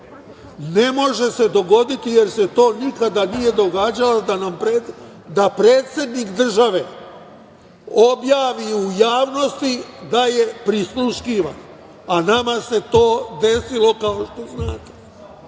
Ne može se dogoditi, jer se to nikada nije događalo, da predsednik države objavi u javnosti da je prisluškivan, a nama se to desilo, kao što znate,